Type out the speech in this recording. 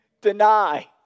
deny